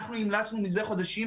אנחנו המלצנו מזה חודשים,